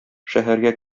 шәһәргә